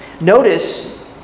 Notice